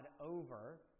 over